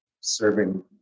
serving